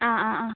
ആ ആ ആ